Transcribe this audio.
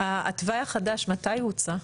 התוואי החדש, מתי הוא הוצע?